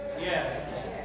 Yes